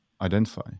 identify